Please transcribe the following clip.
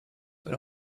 but